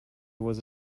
was